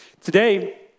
Today